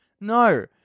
No